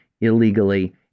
illegally